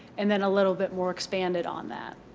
and then a little bit more expanded on that.